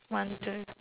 one two